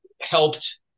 helped